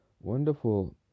wonderful